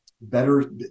better